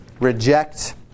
reject